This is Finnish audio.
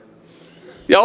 ja